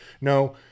no